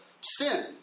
sin